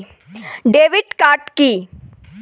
Debit card key?